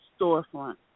storefront